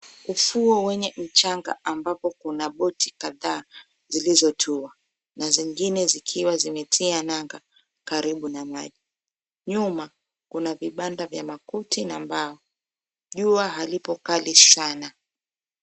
Ufuo wenye mchanga ambapo kuna "boti" kadhaa zilizotua na zingine zikiwa zimetia nanga karibu na maji. Nyuma kuna vibanda vya makuti na mbao. 𝐽𝑢a halipo kali sana.